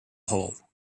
whole